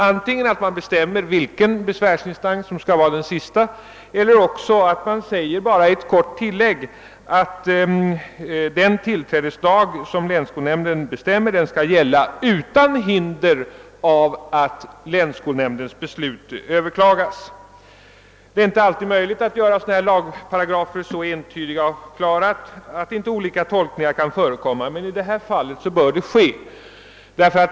Antingen skall man bestämma vilken besvärsinstans som skall vara den sista eller i ett kort tilllägg ange att den tillträdesdag, som länsskolnämnden bestämmer, skall gälla utan hinder av att länsskolnämndens beslut överklagas. Det är inte alltid möjligt att göra lagparagrafer så entydiga och klara att olika tolkningar av dem kan undvikas. I detta fall bör emellertid sådana risker elimineras.